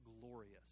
glorious